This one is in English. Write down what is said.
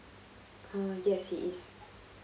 uh yes he is